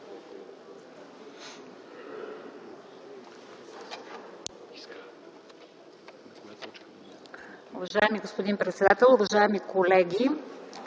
Уважаема госпожо председател, уважаеми колеги